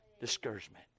discouragement